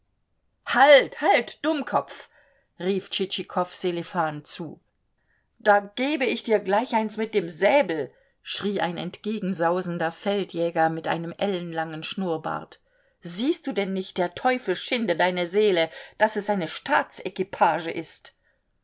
halt halt dummkopf rief tschitschikow sselifan zu da gebe ich dir gleich eins mit dem säbel schrie ein entgegensausender feldjäger mit einem ellenlangen schnurrbart siehst du denn nicht der teufel schinde deine seele daß es eine staatsequipage ist